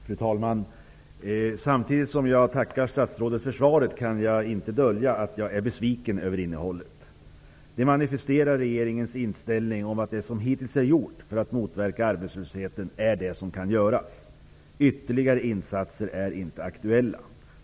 Fru talman! Samtidigt som jag tackar statsrådet för svaret kan jag inte dölja att jag är besviken över innehållet. Det manifesterar regeringens inställning att det som hittills är gjort för att motverka arbetslösheten är det som kan göras -- ytterligare insatser är inte aktuella.